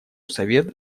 совет